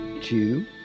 two